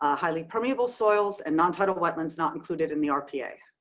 ah highly permeable soils and non-tidal wetlands not included in the rpa.